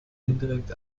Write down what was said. indirekt